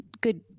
good